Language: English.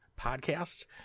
podcasts